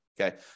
Okay